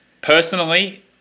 Personally